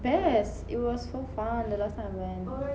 best it was so fun the last time I went